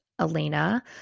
Elena